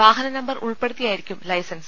വാഹന നമ്പർ ഉൾപ്പെടു ത്തിയായിരിക്കും ലൈസൻസ്